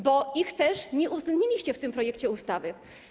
Bo ich też nie uwzględniliście w tym projekcie ustawy.